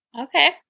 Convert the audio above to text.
Okay